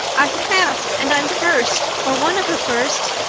i've passed and i'm first or one of the first!